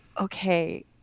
okay